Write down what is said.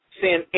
Sin